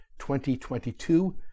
2022